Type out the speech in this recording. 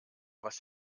was